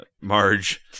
marge